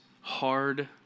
hard